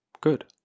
Good